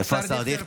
איפה השר דיכטר?